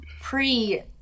pre